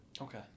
Okay